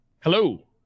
hello